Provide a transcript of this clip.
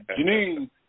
Janine